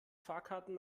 fahrkarten